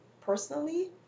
personally